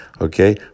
Okay